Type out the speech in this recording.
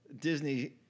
Disney